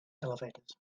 elevators